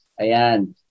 Ayan